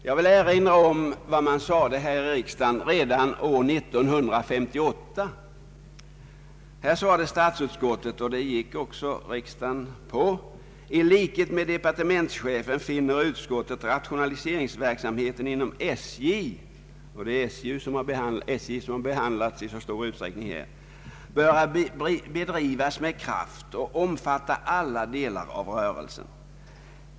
Jag vill erinra om vad statsutskottet sade redan 1958, vilket också riksdagen biträdde: I likhet med departementschefen fann utskottet rationaliseringsverksamheten inom SJ böra bedrivas med kraft och omfatta alla delar av rörelsen.